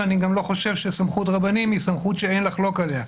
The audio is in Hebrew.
ואני גם לא חושב שסמכות רבנים היא סמכות שאין לחלוק עליה.